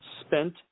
spent